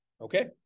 okay